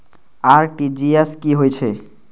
RTGS की होय छै